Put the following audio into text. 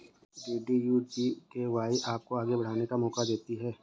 DDU GKY आपको आगे बढ़ने का मौका देती है